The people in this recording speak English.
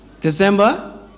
December